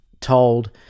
told